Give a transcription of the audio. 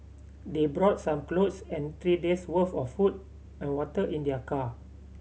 they brought some clothes and three days' worth of food and water in their car